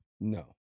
No